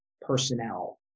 personnel